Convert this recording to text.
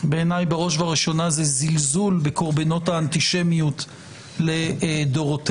בעיניי בראש ובראשונה זה זלזול בקורבנות האנטישמיות לדורותיה,